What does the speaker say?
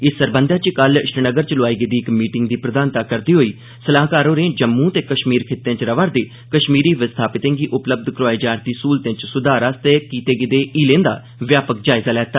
इस सरबंधे च कल श्रीनगर च लोआई गेदी इक मीटिंग दी प्रधानता करदे होई सलाहकार होरे जम्मू ते कष्मीर खित्ते च रवा'रदे कष्मीरी विस्थापतें गी उपलब्ध करोआई जा रदी सहूलतें च सुधार लेई कीते गेदे हीलें दा व्यापक जायजा लैता